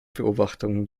beobachtungen